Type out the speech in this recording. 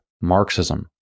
Marxism